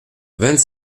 vingt